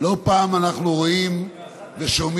לא פעם אנחנו רואים ושומעים,